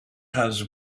has